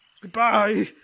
Goodbye